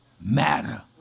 matter